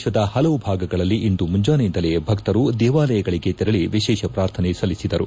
ದೇಶದ ಪಲವು ಭಾಗಗಳಲ್ಲಿ ಇಂದು ಮುಂಜಾನೆಯಿಂದಲೇ ಭಕ್ತರು ದೇವಾಲಯಗಳಿಗೆ ತೆರಳಿ ವಿಶೇಷ ಪ್ರಾರ್ಥನೆ ಸಲ್ಲಿಸಿದರು